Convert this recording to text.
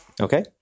Okay